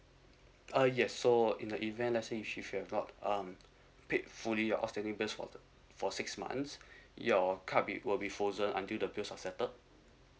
uh yes so in the event let's say you should have not um paid fully outstanding bills for si~ for six months your card be will be frozen until the bills was settled